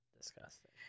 Disgusting